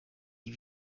die